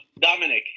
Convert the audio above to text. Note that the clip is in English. Dominic